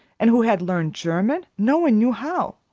and who had learned german, no one knew how!